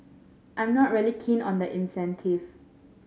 I'm not really keen on the incentive